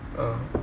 oh